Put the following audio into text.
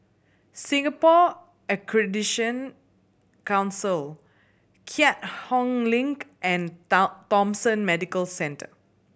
Singapore Accreditation Council Keat Hong Link and Thomson Medical Centre